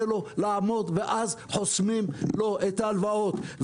לו לעמוד ואז חוסמים לו את ההלוואות.